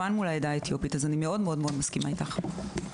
אני מסכימה איתך.